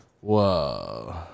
Whoa